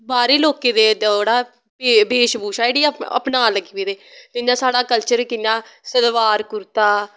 बाह्रे दे लोकें दा जेह्ड़ा भेश बूशा जेह्ड़ी ऐ अपनान लगी पेदे जियां साढ़े कल्चर जियां सलवार कुर्ता